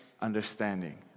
understanding